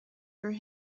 for